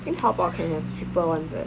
think 淘宝 can have cheaper ones eh